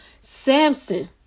Samson